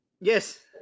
Yes